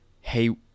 Hey